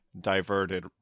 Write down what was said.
diverted